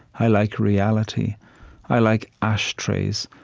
i like reality i like ashtrays,